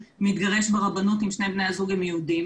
מתגרש ברבנות אם שני בני הזוג הם יהודים,